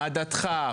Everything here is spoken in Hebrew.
מה דתך,